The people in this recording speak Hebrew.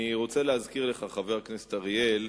אני רוצה להזכיר לך, חבר הכנסת אריאל,